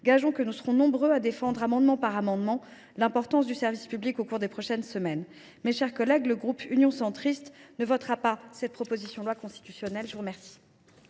Gageons que nous serons nombreux à défendre, amendement par amendement, l’importance du service public au cours des prochaines semaines. Le groupe Union Centriste ne votera pas cette proposition de loi constitutionnelle. La parole